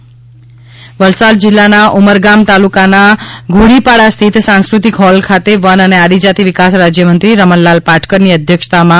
વલસાડ યોજના વલસાડ જિલ્લાના ઉમરગામ તાલુકાના ઘોડીપાડા સ્થિત સાંસ્ક઼ તિક હોલ ખાતે વન અને આદિજાતિ વિકાસ રાજ્યામંત્રી રમણલાલ પાટકરની અધ્ય ક્ષતામાં યોજાયો હતો